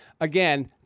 Again